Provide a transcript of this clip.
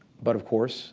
but of course